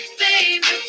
baby